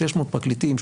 600 פרקליטים,